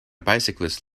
bicyclist